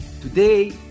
Today